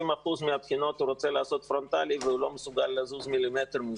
אחוזים מהבחינות הוא רוצה לעשות פרונטלי והוא לא מסוגל לזוז מילימטר מזה.